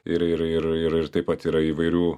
ir ir ir ir taip pat yra įvairių